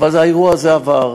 אבל האירוע הזה עבר,